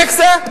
איך זה?